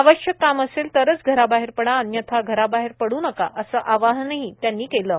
आवश्यक काम असेल तरच घरा बाहेर पडा अन्यथा घराबाहेर पडू नका असे आवाहन त्यांनी केले आहे